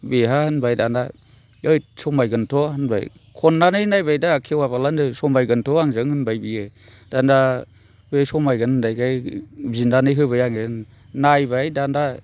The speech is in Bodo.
बेहा होनबाय दाना ऐत समायगोनथ' होनबाय खननानै नायबाय दा खेवाबालानो समायगोनथ' आंजों होनबाय बियो दाना बे समायगोन होननायखाय बिनानै होबाय आङो नायबाय दाना